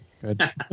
Good